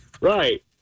right